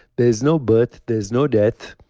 there's no birth, there's no death.